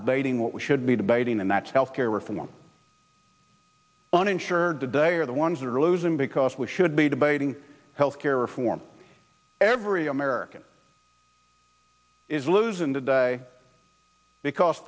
debating what we should be debating and that's health care reform uninsured today are the ones that are losing because we should be debating health care reform every american is losing today because